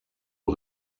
für